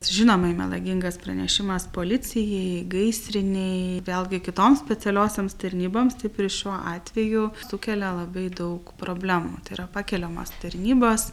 žinomai melagingas pranešimas policijai gaisrinei vėlgi kitoms specialiosioms tarnyboms taip ir šiuo atveju sukelia labai daug problemų tai yra pakeliamos tarnybos